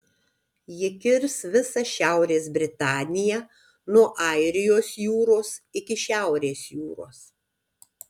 ji kirs visą šiaurės britaniją nuo airijos jūros iki šiaurės jūros